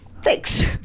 Thanks